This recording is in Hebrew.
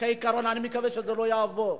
כעיקרון, אני מקווה שזה לא יעבור.